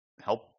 help –